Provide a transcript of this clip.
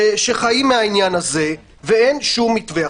שחיים מהעניין זה ואין שום מתווה.